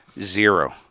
Zero